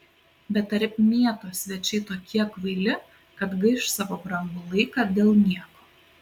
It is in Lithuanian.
bet ar mieto svečiai tokie kvaili kad gaiš savo brangų laiką dėl nieko